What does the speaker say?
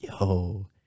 yo